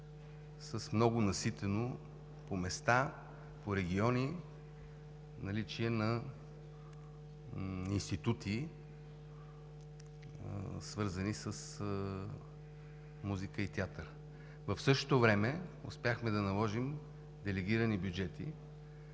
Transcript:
с много наситено по места, по региони наличие на институти, свързани с музика и театър. В същото време успяхме да наложим делегирани бюджети,